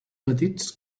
petits